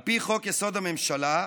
על פי חוק-יסוד: הממשלה,